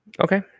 Okay